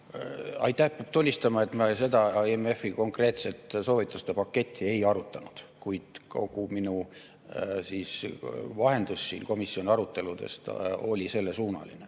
Aitäh! Pean tunnistama, et me seda IMF-i konkreetset soovituste paketti ei arutanud, kuid kogu minu vahendus siin komisjoni aruteludest oli sellesuunaline.